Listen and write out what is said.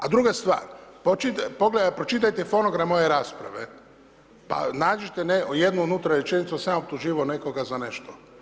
A druga stvar, pročitajte fonogram moje rasprave, pa nađite jednu unutra rečenicu da sam ja optuživao nekoga za nešto.